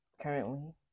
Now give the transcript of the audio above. currently